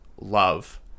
love